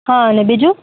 હ ને બીજું